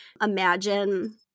imagine –